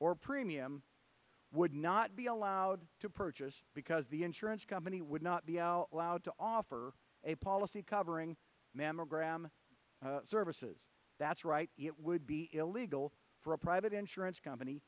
or premium would not be allowed to purchase because the insurance company would not be allowed to offer a policy covering mammogram services that's right it would be illegal for a private insurance company